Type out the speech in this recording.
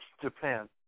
Japan